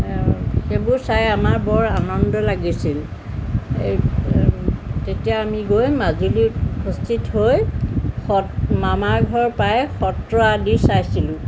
সেইবোৰ চাই আমাৰ বৰ আনন্দ লাগিছিল তেতিয়া আমি গৈ মাজুলীত উপস্থিত হৈ সত মামাৰ ঘৰ পই সত্ৰ আদি চাইছিলোঁ